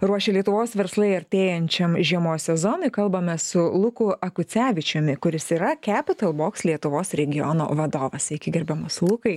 ruošia lietuvos verslai artėjančiam žiemos sezonui kalbame su luku akucevičiumi kuris yra kepital boks lietuvos regiono vadovas sveiki gerbiamas lukai